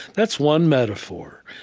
that's one metaphor,